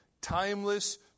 timeless